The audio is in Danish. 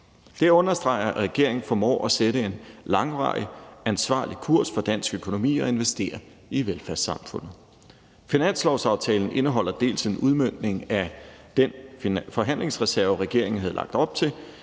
Det understreger, at regeringen formår at sætte en langvarig, ansvarlig kurs for dansk økonomi og investere i velfærdssamfundet. Finanslovsaftalen indeholder dels en udmøntning af den forhandlingsreserve, regeringen havde lagt op til,